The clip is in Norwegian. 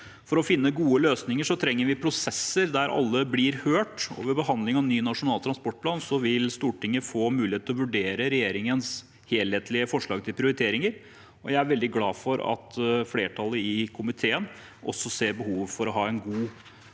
For å finne gode løsninger trenger vi prosesser der alle blir hørt, og ved behandling av en ny nasjonal transportplan vil Stortinget få mulighet til å vurdere regjeringens helhetlige forslag til prioriteringer. Jeg er veldig glad for at flertallet i komiteen også ser behovet for å ha en god